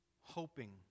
Hoping